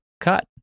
cut